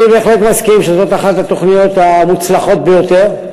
אני בהחלט מסכים שזאת אחת התוכניות המוצלחות ביותר.